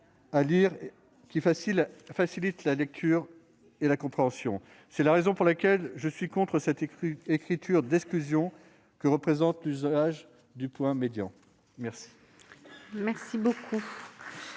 qui facilite la lecture et la compréhension. C'est la raison pour laquelle je suis contre cette écriture d'exclusion que représente l'usage du point médian. La